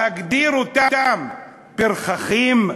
להגדיר אותם פרחחים?